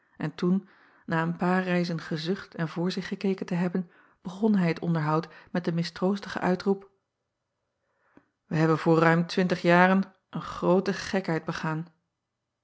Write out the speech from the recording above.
en toen na een paar reizen gezucht en voor zich gekeken te hebben begon hij het onderhoud met den mistroostigen uitroep ij hebben voor ruim twintig jaren een groote gekheid begaan